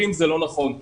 חברים, זה לא נכון.